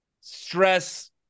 stress